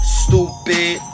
stupid